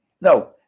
no